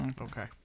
Okay